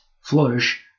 Flourish